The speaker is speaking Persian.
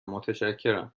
متشکرم